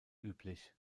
üblich